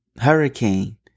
hurricane